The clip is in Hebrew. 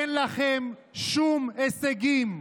אין לכם שום הישגים.